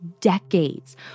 decades